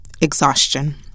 exhaustion